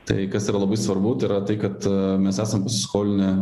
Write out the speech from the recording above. tai kas yra labai svarbu tai yra tai kad mes esam paskolinę